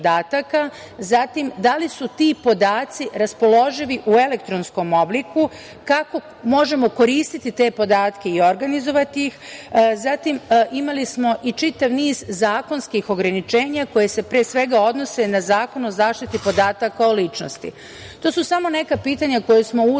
zatim da li su ti podaci raspoloživi u elektronskom obliku, kako možemo koristiti te podatke i organizovati ih, zatim smo imali i čitav niz zakonskih ograničenja koja se pre svega odnose na Zakon o zaštiti podataka o ličnosti. To su samo neka pitanja koja smo uzeli